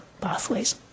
pathways